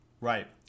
Right